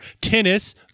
tennis